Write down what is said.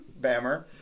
Bammer